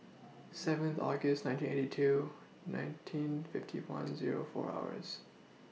seventh August nineteen eighty two nineteen fifty one Zero four hours